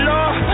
Lord